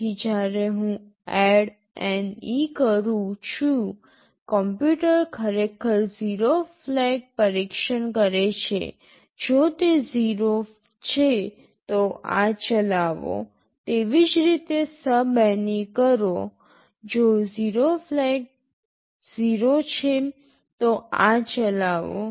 તેથી જ્યારે હું ADDNE કરું છું કમ્પ્યુટર ખરેખર 0 ફ્લેગ પરીક્ષણ કરે છે જો તે 0 છે તો આ ચલાવો તેવી જ રીતે SUBNE કરો જો ઝીરો ફ્લેગ 0 છે તો આ ચલાવો